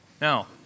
Now